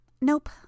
Nope